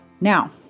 Now